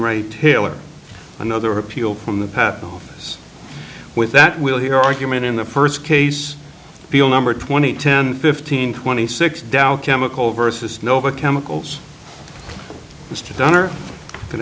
right another appeal from the past with that we'll hear argument in the first case feel number twenty ten fifteen twenty six dow chemical versus nova chemicals